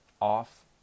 off